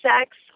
sex